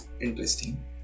Interesting